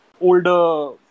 older